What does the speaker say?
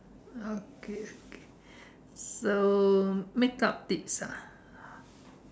okay okay so makeup tips ah